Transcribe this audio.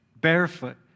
barefoot